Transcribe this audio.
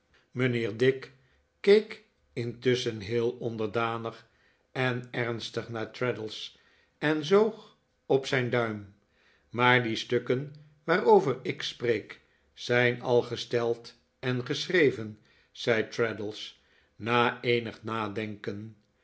mijnheer dick keek intusschen heel onderdanig en ernstig naar traddles en zoog op zijn duim maar die stukken waarover ik spreek zijn al gesteld en geschreven zei traddles na eenig nadenken